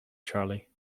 charley